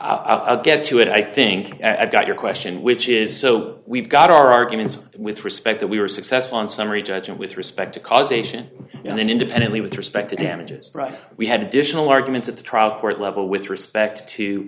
i'll get to it i think i've got your question which is so we've got our arguments with respect that we were successful in summary judgment with respect to causation and then independently with respect to damages we had additional arguments at the trial court level with respect to